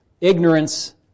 Ignorance